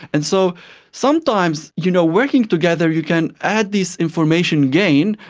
and so sometimes you know working together you can add this information gain,